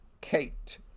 kate